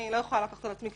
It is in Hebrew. אני לא יכולה לקחת על עצמי,